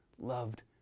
loved